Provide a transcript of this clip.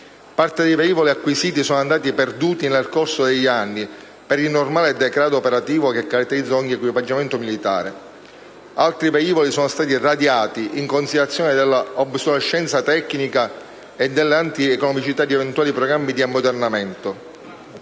Parte dei velivoli acquisiti sono andati perduti nel corso degli anni, per il normale degrado operativo che caratterizza ogni equipaggiamento militare. Altri velivoli sono stati radiati, in considerazione della obsolescenza tecnica e della antieconomicità di eventuali programmi di ammodernamento.